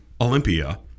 Olympia